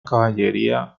caballería